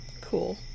Cool